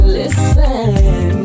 listen